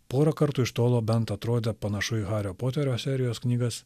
porą kartų iš tolo bent atrodė panašu į hario poterio serijos knygas